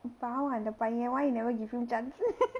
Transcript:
பாவம் அந்த பையன்:paavam antha paiyan why you never give him chance